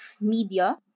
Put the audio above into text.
media